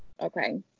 Okay